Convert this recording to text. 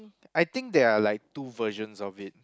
I think there are like two versions of it